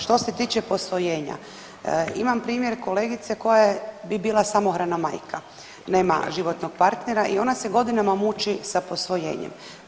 Što se tiče posvojenja, imam primjer kolegice koja je, bi bila samohrana majka, nema životnog partnera i ona se godinama muči sa posvojenjem.